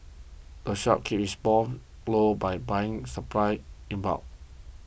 the shop keeps its low by buying supplies in bulk